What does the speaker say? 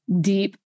deep